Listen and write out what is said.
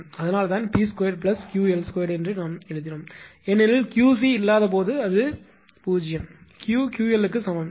அதனால்தான் 𝑃2 𝑄𝑙2 என்று நாம் எழுதினோம் ஏனெனில் 𝑄𝐶 இல்லாத போது அது 0 Q 𝑄𝑙 க்கு சமம்